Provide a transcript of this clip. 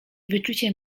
wyczucie